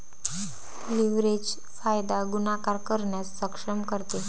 leverage फायदा गुणाकार करण्यास सक्षम करते